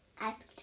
asked